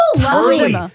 early